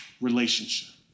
relationship